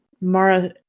Mara